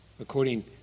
according